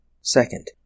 Second